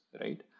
right